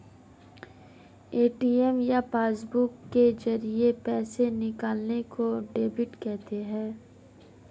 ATM या passbook के जरिये पैसे निकालने को डेबिट कहते हैं